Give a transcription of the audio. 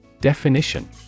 Definition